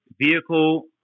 vehicle